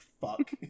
fuck